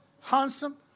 handsome